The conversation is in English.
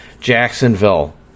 Jacksonville